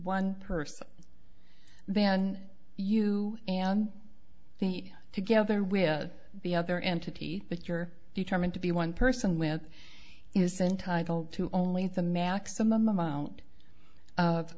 one person then you and he together with the other entity that you're determined to be one person with is entitled to only the maximum amount of